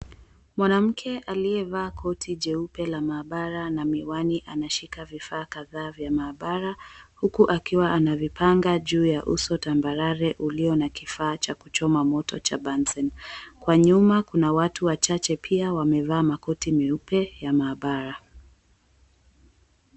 Mwanamke aliyevaa koti jeupe la maabara na miwani anashika vifaa kadhaa vya maabara, huku akiwa anavipanga juu ya uso tambarare ulio na kifaa cha kuchoma moto cha bunsen kwa nyuma kuna watu wachache pia wamevaa makoti nyeupe ya maabara.